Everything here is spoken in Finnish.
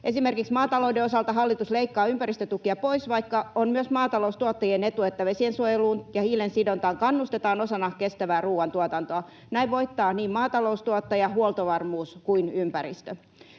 Esimerkiksi maatalouden osalta hallitus leikkaa ympäristötukia pois, vaikka on myös maataloustuottajien etu, että vesiensuojeluun ja hiilensidontaan kannustetaan osana kestävää ruoantuotantoa. Näin voittaa niin maataloustuottaja, huoltovarmuus kuin ympäristö.